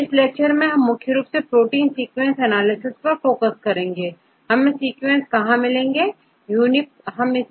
इस लेक्चर में हम मुख्य रूप से प्रोटीन सीक्वेंस एनालिसिस पर फोकस करेंगे हमें सीक्वेंस कहां मिलेंगे